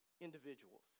individuals